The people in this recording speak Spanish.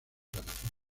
plataforma